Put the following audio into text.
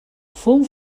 fou